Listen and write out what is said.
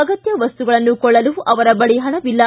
ಅಗತ್ತ ವಸ್ತುಗಳನ್ನು ಕೊಳ್ಳಲು ಅವರ ಬಳಿ ಪಣವಿಲ್ಲ